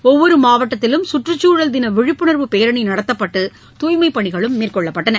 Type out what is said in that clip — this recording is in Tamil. ஒவ்வொரு மாவட்டத்திலும் சுற்றுச்சூழல் தின விழிப்புணர்வு பேரணி நடத்தப்பட்டு துய்மைப் பணிகளும் மேற்கொள்ளப்பட்டன